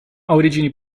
origini